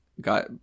got